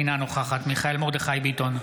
אינה נוכחת מיכאל מרדכי ביטון,